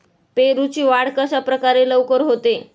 पेरूची वाढ कशाप्रकारे लवकर होते?